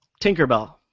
Tinkerbell